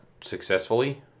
successfully